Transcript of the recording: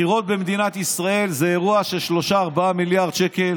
בחירות במדינת ישראל זה אירוע של 3 4 מיליארד שקלים